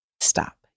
stop